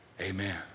Amen